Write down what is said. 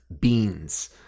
beans